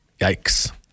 Yikes